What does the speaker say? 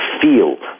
feel